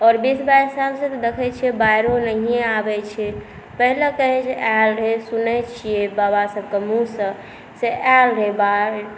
आओर बीस बाइस साल तऽ देख़ै छियै बाढिओ नहिए आबै छै पहिले कहै छै आयल रहै सुनै छियै बाबासभके मुँहसे से आयल रहै बाढि